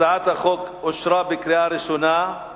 הצעת החוק אושרה בקריאה ראשונה ותעבור